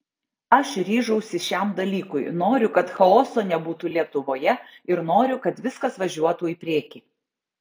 aš ryžausi šiam dalykui noriu kad chaoso nebūtų lietuvoje ir noriu kad viskas važiuotų į priekį